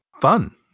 fun